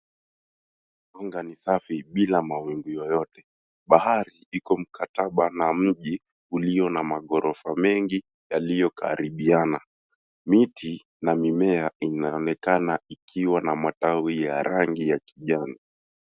Anga ni safi bila mawimbi yoyote. Bahari iko mkataba na mji ulio na magorofa mengi yaliyokaribiana. Miti na mimea inaonekana ikiwa na matawi ya rangi ya kijani.